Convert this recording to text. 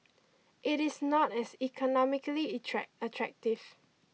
it is not as economically attractive